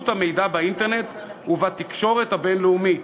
המידע באינטרנט ובתקשורת הבין-לאומית.